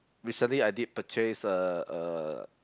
recently I did purchase a a